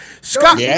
Scott